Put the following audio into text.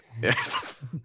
Yes